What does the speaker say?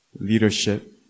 leadership